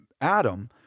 Adam